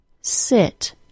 sit